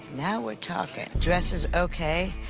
now we're talking. dresser's okay.